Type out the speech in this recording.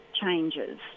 changes